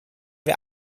wir